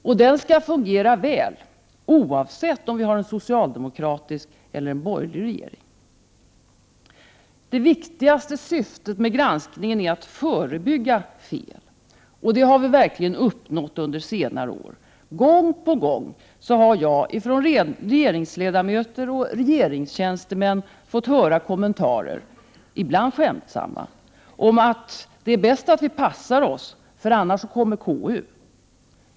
Och kontrollen skall fungera väl, oavsett om vi har en socialdemokratisk eller en borgerlig regering. Det viktigaste syftet med granskningen är att förebygga fel. Och det har vi verkligen uppnått under senare år. Gång på gång har jag, från regeringsledamöter och regeringstjänstemän, fått höra kommentarer — ibland skämtsamma — om att det är bäst att vi passar oss — för annars kommer KU.